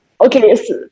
Okay